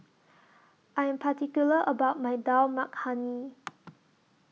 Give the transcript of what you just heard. I Am particular about My Dal Makhani